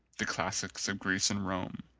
the classics of greece and rome,